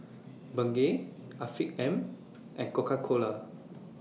Bengay Afiq M and Coca Cola